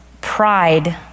pride